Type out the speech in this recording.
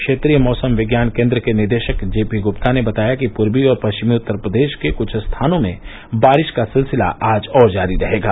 क्षेत्रीय मौसम विज्ञान केन्द्र के निदेशक जेपी गुप्ता ने बताया कि पूर्वी और पश्चिमी उत्तर प्रदेश के कुछ स्थानों में बारिश का सिलसिला आज और जारी रहेगा